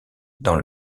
dans